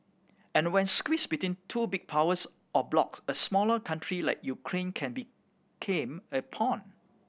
and when squeeze between two big powers or blocs a smaller country like Ukraine can became a pawn